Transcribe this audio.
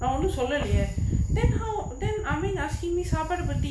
நா ஒன்னு சொல்லலயே:naa onnu sollalayae then how then I mean asking me சாப்பாடு பத்தி:saapaadu pathi